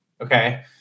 Okay